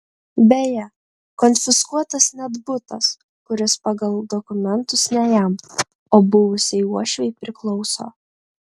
beje konfiskuotas net butas kuris pagal dokumentus ne jam o buvusiai uošvei priklauso